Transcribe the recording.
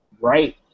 right